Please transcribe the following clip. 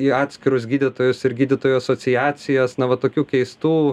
į atskirus gydytojus ir gydytojų asociacijas na va tokių keistų